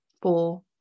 four